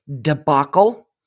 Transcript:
debacle